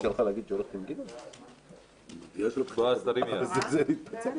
10 בעד.